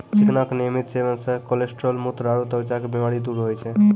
चिकना के नियमित सेवन से कोलेस्ट्रॉल, मुत्र आरो त्वचा के बीमारी दूर होय छै